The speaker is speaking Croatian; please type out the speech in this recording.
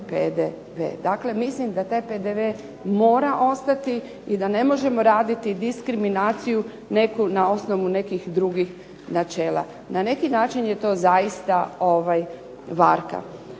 Dakle, mislim da taj PDV mora ostati i da ne možemo raditi diskriminaciju na osnovu nekih drugih načela. Na neki način je to zaista varka.